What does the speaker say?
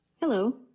Hello